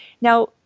Now